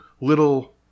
little